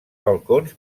balcons